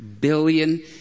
billion